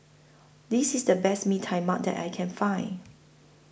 This IS The Best Mee Tai Mak that I Can Find